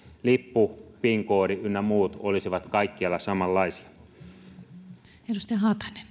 lippu pin koodit ynnä muut olisivat kaikkialla samanlaisia